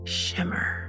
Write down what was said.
shimmer